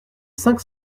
cinq